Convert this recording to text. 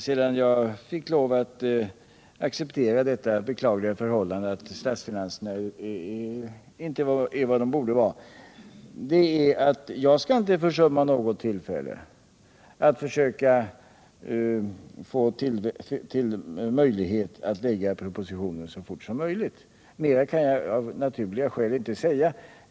Sedan jag fick lov att acceptera det beklagliga förhållandet att statsfinanserna inte är vad de borde vara, har jag i olika sammanhang sagt att jag inte skall försumma något tillfälle att försöka lägga fram propositionen så fort som möjligt, men mera kan jag av naturliga skäl inte säga.